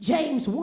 James